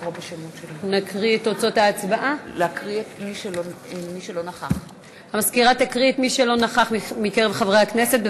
המזכירה תקריא את שמותיהם של מי שלא נכחו מקרב חברי הכנסת.